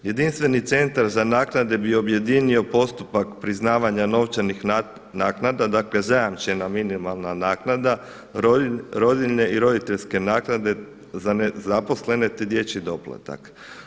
Jedinstveni centar za naknade bi objedinio postupak priznavanja novčanih naknada, dakle zajamčena minimalna naknada, rodiljne i roditeljske naknade za nezaposlene, te dječji doplatak.